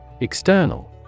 External